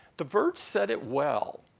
the verge said it well,